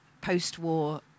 post-war